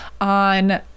on